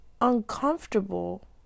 Uncomfortable